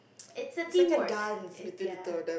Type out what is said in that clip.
it's a teamwork it's ya